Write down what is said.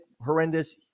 horrendous